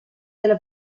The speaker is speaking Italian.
della